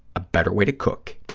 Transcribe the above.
a better way to cook.